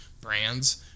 brands